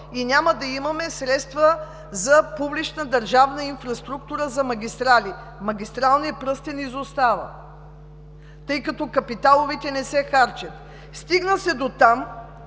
и няма да имаме средства за публична държавна инфраструктура за магистрали. Магистралният пръстен изостава, тъй като капиталовите не се харчат. Стигна се дотам,